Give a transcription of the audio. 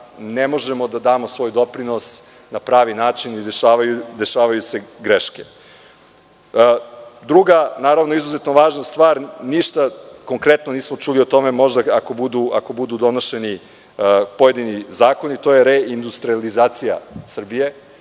ne možemo da damo svoj doprinos na pravi način i dešavaju se greške. Druga izuzetno važna stvar, ništa konkretno nismo čuli o tome, možda ako budu donošeni pojedini zakoni, a to je reindustrijalizacija Srbije.